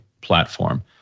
platform